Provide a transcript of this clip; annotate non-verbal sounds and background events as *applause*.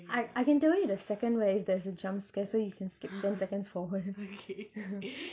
I I can tell you the second where is there is a jump scare so you can skip ten seconds forward *noise*